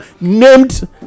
named